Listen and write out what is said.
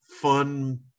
fun